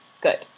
good